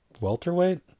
welterweight